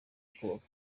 kubaka